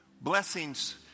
blessings